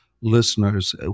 listeners